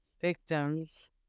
victims